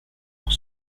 pour